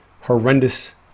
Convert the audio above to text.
horrendous